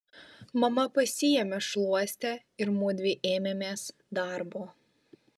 mama pasiėmė šluostę ir mudvi ėmėmės darbo